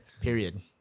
Period